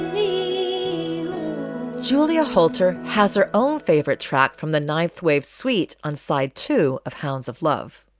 me julia holter has her own favorite track from the ninth wave suite on side two of hounds of love,